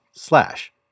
Slash